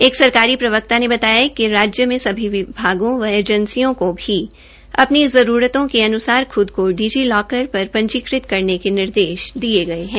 एक सरकारी प्रवक्ता ने बताया कि राज्य में सभी विभागों एवं एजेंसियों को भी अपनी जरूरतों के अनुसार खुद को डिजी लॉकर पर पंजीकृत करने के निर्देश दिये गये है